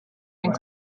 den